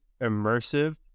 immersive